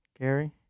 Gary